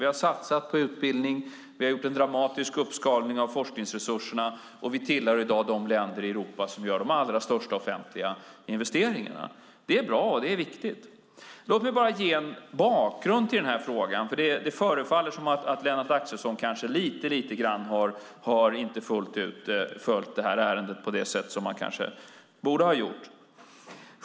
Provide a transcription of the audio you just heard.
Vi har satsat på utbildning, vi har gjort en dramatisk uppskalning av forskningsresurserna och vi tillhör i dag de länder i Europa som gör de allra största offentliga investeringarna. Det är bra, och det är viktigt. Låt mig bara ge en bakgrund till den här frågan, för det förefaller som att Lennart Axelsson kanske inte fullt ut har följt det här ärendet på det sätt som han borde ha gjort.